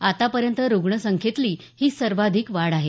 आतापर्यंत रुग्ण संख्येतली ही सर्वाधिक वाढ आहे